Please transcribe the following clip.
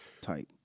type